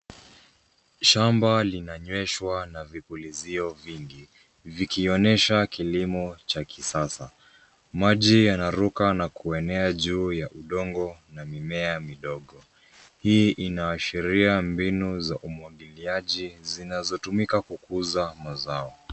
Shamba linanyweshwa na vipulizio vingi, vikionyesha kilimo cha kisasa. Maji yanaruka na kuenea juu ya udongo na mimea midogo. Hii inaashiria mbinu za umwagiliaji zinazotumika kukuza mazao.